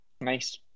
nice